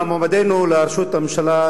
מועמדנו לראשות הממשלה,